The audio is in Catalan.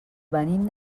venim